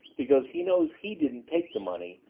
because he knows he didn't take the money,